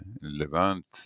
Levant